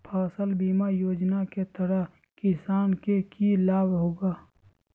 फसल बीमा योजना के तहत किसान के की लाभ होगा?